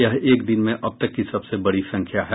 यह एक दिन में अब तक की सबसे अधिक संख्या है